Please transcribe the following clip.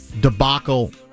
debacle